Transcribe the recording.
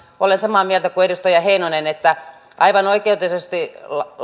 olen samaa mieltä kuin edustaja heinonen että aivan oikeutetusti